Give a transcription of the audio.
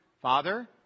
Father